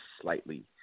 slightly